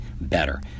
better